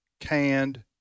canned